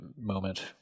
moment